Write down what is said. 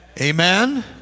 Amen